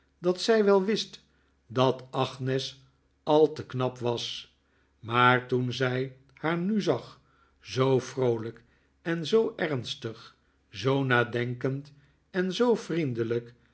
dat zij wel wist dat agnes al te knap was maar toen zij haar nu zag zoo vroolijk en zoo ernstig zoo nadenkend en zoo vriendelijk